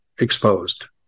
exposed